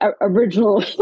original